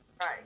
Right